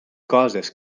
coses